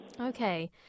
Okay